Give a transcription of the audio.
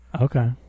Okay